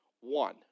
One